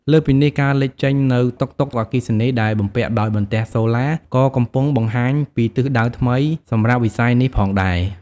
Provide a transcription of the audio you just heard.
លើសពីនេះ ការលេចចេញនូវ តុកតុកអគ្គិសនី ដែលបំពាក់ដោយបន្ទះសូឡា ក៏កំពុងបង្ហាញពីទិសដៅថ្មីសម្រាប់វិស័យនេះផងដែរ។